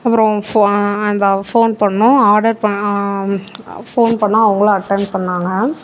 அப்புறம் ஃபோ அந்த ஃபோன் பண்ணிணோம் ஆர்டர் ப ஃபோன் பண்ணிணோம் அவங்களும் அட்டன் பண்ணிணாங்க